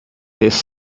his